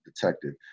detective